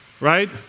Right